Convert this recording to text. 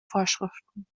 vorschriften